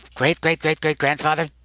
Great-great-great-great-grandfather